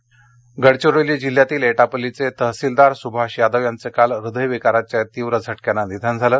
निधन गचिरोली गडचिरोली जिल्ह्यातल्या एटापल्लीचे तहसीलदार सुभाष यादव यांचं काल हृदयविकाराच्या तीव्र झटक्यामुळे निधन झालं